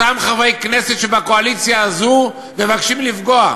אותם חברי כנסת שבקואליציה הזו מבקשים לפגוע בה.